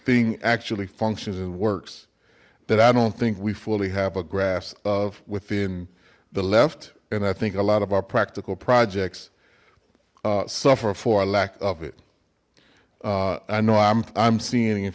thing actually functions and works that i don't think we fully have a graphs of within the left and i think a lot of our practical projects suffer for a lack of it i know i'm seeing